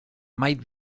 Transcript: might